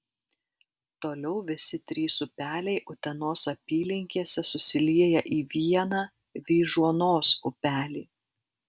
toliau visi trys upeliai utenos apylinkėse susilieja į vieną vyžuonos upelį